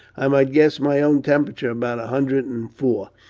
i might guess my own temperature, about a hundred and four,